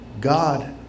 God